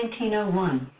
1901